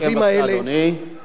אבל צריך להבין פה,